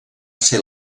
ser